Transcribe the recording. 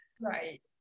Right